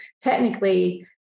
technically